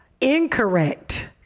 incorrect